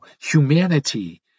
humanity